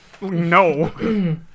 No